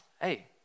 hey